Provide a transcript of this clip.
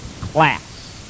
class